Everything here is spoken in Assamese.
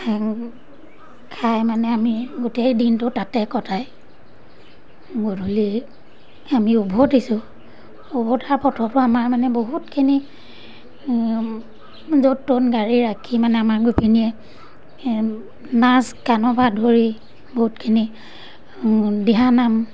খাই মানে আমি গোটেই দিনটো তাতে কটাই গধূলি আমি উভতিছোঁ উভতাৰ পথতো আমাৰ মানে বহুতখিনি য'ত ত'ত গাড়ী ৰাখি মানে আমাৰ গোপিনীয়ে নাচ গানৰপৰা ধৰি বহুতখিনি দিহানাম